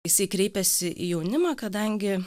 jisai kreipiasi į jaunimą kadangi